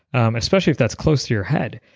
especially if that's close to your head.